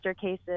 cases